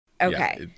Okay